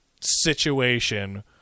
situation